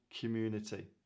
community